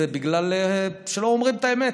זה בגלל שלא אומרים את האמת.